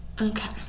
Okay